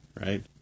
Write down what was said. right